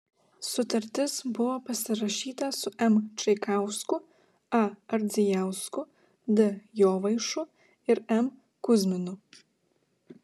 sutartis buvo pasirašyta su m čaikausku a ardzijausku d jovaišu ir m kuzminu